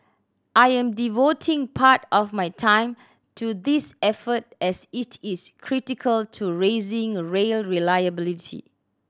I am devoting part of my time to this effort as it is critical to raising rail reliability